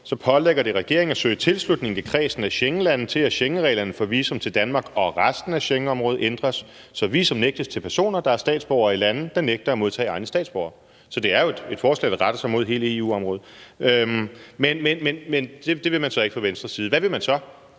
så pålægger det »regeringen at søge tilslutning i kredsen af Schengenlande til, at schengenreglerne for visum til Danmark og resten af Schengenområdet ændres, så visum nægtes til personer, der er statsborgere i lande, der nægter at modtage egne statsborgere«. Så det er jo et forslag, der retter sig mod hele EU-området. Men det vil man så ikke fra Venstres side. Hvad vil man så?